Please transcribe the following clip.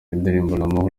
indirimbo